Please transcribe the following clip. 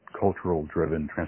cultural-driven